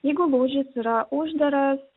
jeigu lūžis yra uždaras